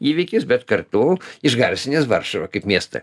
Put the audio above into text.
įvykis bet kartu išgarsinęs varšuvą kaip miestą